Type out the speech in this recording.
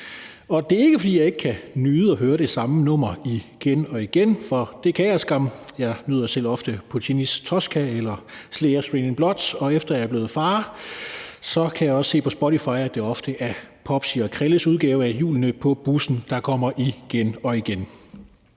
Det er ikke, fordi jeg ikke kan nyde at høre det samme nummer igen og igen, for det kan jeg skam. Jeg nyder selv ofte Puccinis »Tosca« eller Slayers »Raining Blood«, og efter at jeg er blevet far, kan jeg også se på Spotify, at det ofte er Popsi og Krelles udgave af »Hjulene På Bussen«, der kommer igen og igen.